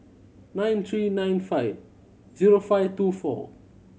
nine three nine five zero five two four